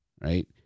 right